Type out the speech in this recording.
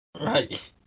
Right